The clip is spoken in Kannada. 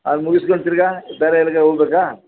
ಅದು ಮುಗಿಸ್ಕಂಡು ತಿರ್ಗಿ ಬೇರೆ ಎಲ್ಲಿಗೋ ಹೋಗ್ಬೇಕಾ